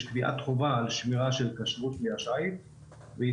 קביעת חובה על שמירת כשרות כלי השיט ואיסור